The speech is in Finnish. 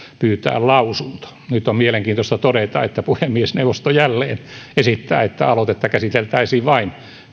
pyytää lausunto nyt on mielenkiintoista todeta että puhemiesneuvosto jälleen esittää että aloitetta käsiteltäisiin vain